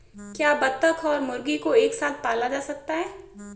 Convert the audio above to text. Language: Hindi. क्या बत्तख और मुर्गी को एक साथ पाला जा सकता है?